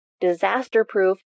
disaster-proof